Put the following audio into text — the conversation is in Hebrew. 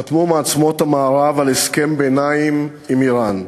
חתמו מעצמות המערב על הסכם ביניים עם איראן,